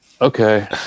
okay